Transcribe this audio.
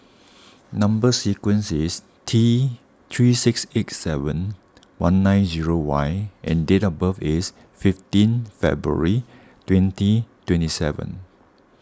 Number Sequence is T three six eight seven one nine zero Y and date of birth is fifteen February twenty twenty seven